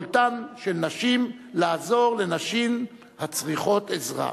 יכולתן של נשים לעזור לנשים הצריכות עזרה.